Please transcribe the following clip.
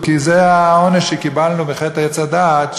כי זה העונש שקיבלנו על חטא עץ הדעת,